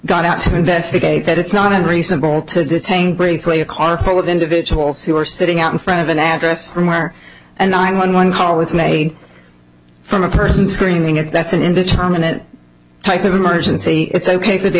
got out to investigate that it's not unreasonable to detain briefly a car full of individuals who were sitting out in front of an address where and i won one call was made from a person screaming if that's an indeterminate type of emergency it's ok for the